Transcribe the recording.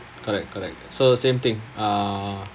correct correct so same thing uh